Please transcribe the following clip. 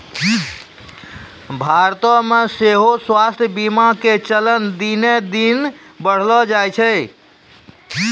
भारतो मे सेहो स्वास्थ्य बीमा के चलन दिने दिन बढ़ले जाय रहलो छै